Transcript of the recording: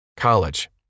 college